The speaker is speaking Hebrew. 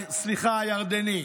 סליחה, הירדני.